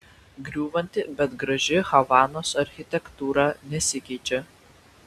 griūvanti bet graži havanos architektūra nesikeičia